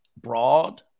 broad